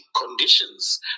conditions